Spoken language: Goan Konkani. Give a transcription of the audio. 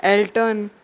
एल्टन